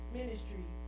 ministry